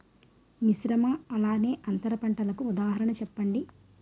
మిశ్రమ అలానే అంతర పంటలకు ఉదాహరణ చెప్పండి?